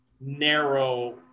narrow